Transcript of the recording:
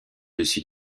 dessus